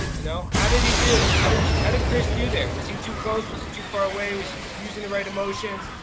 you know. how did he do? how did you how did chris do there? was he too close, was he too far away? was he using the right emotions?